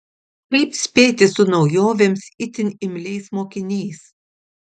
kaip spėti su naujovėms itin imliais mokiniais